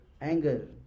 Anger